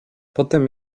potem